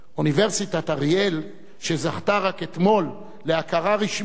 אוניברסיטת אריאל, שזכתה רק אתמול להכרה רשמית,